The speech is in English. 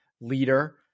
leader